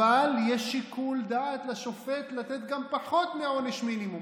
אבל יש שיקול דעת לשופט לתת גם פחות מעונש מינימום.